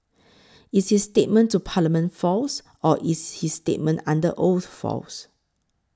is his statement to Parliament false or is his statement under oath false